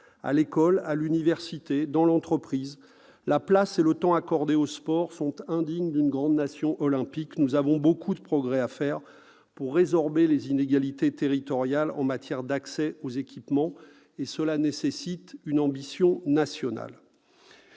À l'école, à l'université, dans l'entreprise, la place et le temps accordés au sport sont indignes d'une grande nation olympique. Nous avons beaucoup de progrès à faire pour résorber les inégalités territoriales en matière d'accès aux équipements, et cela nécessite une ambition nationale.